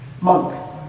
Monk